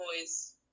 boys